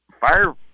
fire